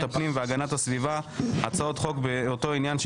הפנים והגנת הסביבה הצעות חוק באותו עניין,